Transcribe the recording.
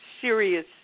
serious